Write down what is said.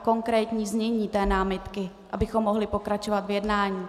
Konkrétní znění té námitky, abychom mohli pokračovat v jednání.